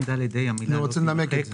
אני רוצה לנמק את זה.